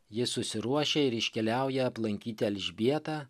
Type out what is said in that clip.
ji susiruošia ir iškeliauja aplankyti elžbietą